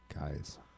Guys